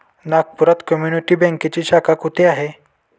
नागपुरात कम्युनिटी बँकेची शाखा कुठे आहे?